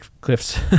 cliffs